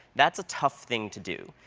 that's a tough thing to do.